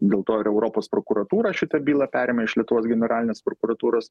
dėl to ir europos prokuratūra šitą bylą perėmė iš lietuvos generalinės prokuratūros